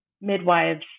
midwives